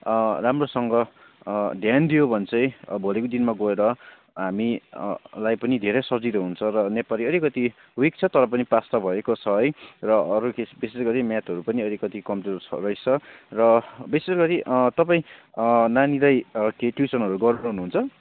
राम्रोसँग ध्यान दियो भने चाहिँ भोलिको दिनमा गएर हामी लाई पनि धेरै सजिलो हुन्छ र नेपाली अलिकति विक छ तर पनि पास त भएको छ है र अरू विशेषगरी म्याथहरू पनि अलिकति कमजोर रहेछ र विशेषगरी तपाईँ नानीलाई के ट्युसनहरू गराउनुहुन्छ